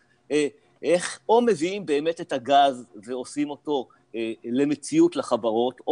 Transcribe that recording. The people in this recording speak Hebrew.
איך או מביאים באמת את הגז ועושים אותו למציאות לחברות,